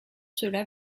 cela